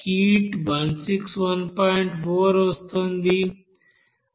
4 వస్తోంది